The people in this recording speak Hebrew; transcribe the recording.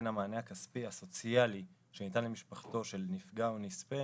המענה הכספי הסוציאלי שניתן למשפחתו של נפגע או נספה,